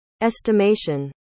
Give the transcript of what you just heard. Estimation